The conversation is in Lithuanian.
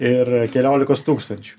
ir keliolikos tūkstančių